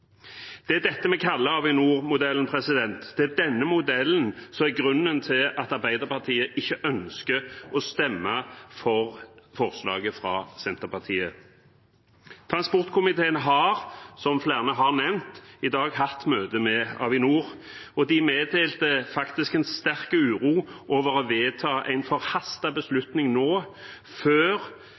Det er dette vi kaller Avinor-modellen. Det er denne modellen som er grunnen til at Arbeiderpartiet ikke ønsker å stemme for forslaget fra Senterpartiet. Transportkomiteen har i dag – som flere har nevnt – hatt møte med Avinor. De meddelte faktisk en sterk uro over å vedta en forhastet beslutning nå, før